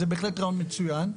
זה בהחלט רעיון מצוין.